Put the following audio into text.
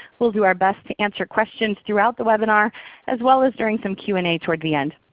we'll do our best to answer questions throughout the webinar as well as during some q and a toward the end.